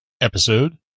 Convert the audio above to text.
episode